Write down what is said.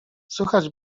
słychać